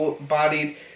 bodied